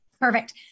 Perfect